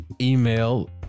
email